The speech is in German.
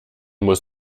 muss